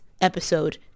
episode